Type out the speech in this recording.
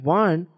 one